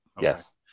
Yes